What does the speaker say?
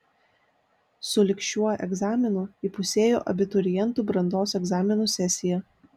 su lig šiuo egzaminu įpusėjo abiturientų brandos egzaminų sesija